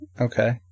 Okay